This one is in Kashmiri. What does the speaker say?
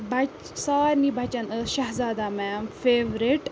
بَچہٕ سارنی بَچَن ٲس شہزادہ میم فیٚورِٹ